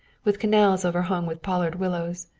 with canals overhung with pollard willows,